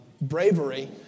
bravery